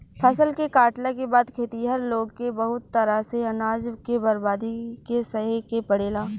फसल के काटला के बाद खेतिहर लोग के बहुत तरह से अनाज के बर्बादी के सहे के पड़ेला